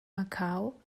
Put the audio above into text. macau